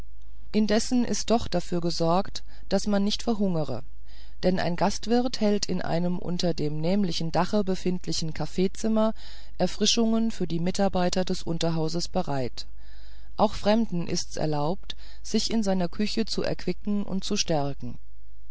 indessen ist doch dafür gesorgt daß man nicht verhungere denn ein gastwirt hält in einem unter dem nämlichen dache befindlichen kaffeezimmer erfrischungen für die mitglieder des unterhauses bereit auch fremden ist's erlaubt sich in seiner küche zu erquicken und zu stärken